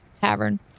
tavern